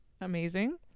amazing